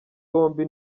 bombi